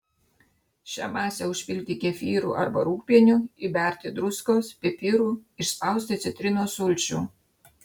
šią masę užpilti kefyru arba rūgpieniu įberti druskos pipirų išspausti citrinos sulčių